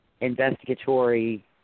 investigatory